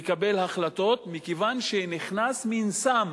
לקבל החלטות, מכיוון שנכנס מין סם